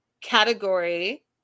category